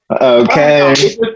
Okay